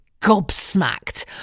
gobsmacked